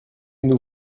nous